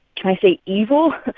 can i say evil?